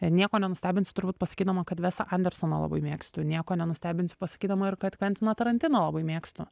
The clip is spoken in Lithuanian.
nieko nenustebinsiu turbūt pasakydama kad vesą andersoną labai mėgstu nieko nenustebinsiu pasakydama ir kad kventiną tarantiną labai mėgstu